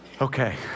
okay